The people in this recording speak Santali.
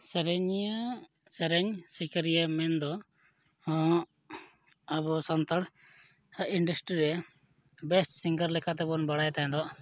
ᱥᱮᱨᱮᱧᱤᱭᱟᱹ ᱥᱮᱨᱮᱧ ᱥᱤᱠᱟᱹᱨᱤᱭᱟᱹ ᱢᱮᱱᱫᱚ ᱟᱵᱚ ᱥᱟᱱᱛᱟᱲ ᱤᱱᱰᱟᱥᱴᱨᱤ ᱨᱮ ᱵᱮᱥ ᱥᱤᱝᱜᱟᱨ ᱞᱮᱠᱟ ᱛᱮᱵᱚᱱ ᱵᱟᱲᱟᱭᱮ ᱠᱟᱱ ᱛᱟᱦᱮᱱ ᱫᱚ